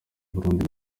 burundi